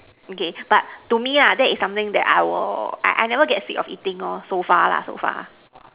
okay but to me lah it's something I never get sick of eating so far so far